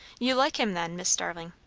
you like him, then, miss starling?